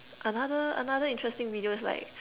another another interesting video is like